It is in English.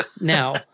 Now